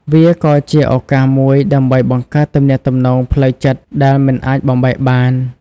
វាក៏ជាឱកាសមួយដើម្បីបង្កើតទំនាក់ទំនងផ្លូវចិត្តដែលមិនអាចបំបែកបាន។